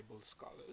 scholars